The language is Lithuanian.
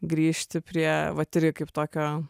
grįžti prie vat irgi kaip tokio